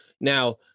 Now